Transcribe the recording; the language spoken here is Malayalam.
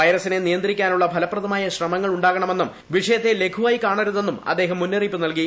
വൈറസിനെ നിയന്ത്രിക്കാനുളള ഫലപ്രദമായ ശ്രമങ്ങൾ ഉണ്ടാകണമെന്നും വിഷയത്തെ ലഘുവായി കാണരുതെന്നും അദ്ദേഹം മുന്നറിയിപ്പ് നൽകി